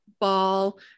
ball